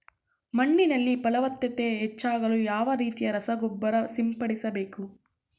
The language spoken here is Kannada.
ಮಣ್ಣಿನಲ್ಲಿ ಫಲವತ್ತತೆ ಹೆಚ್ಚಾಗಲು ಯಾವ ರೀತಿಯ ರಸಗೊಬ್ಬರ ಸಿಂಪಡಿಸಬೇಕು?